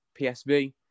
PSV